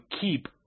Keep